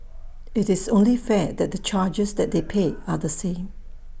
IT is only fair that the charges that they pay are the same